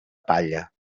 palla